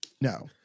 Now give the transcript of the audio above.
No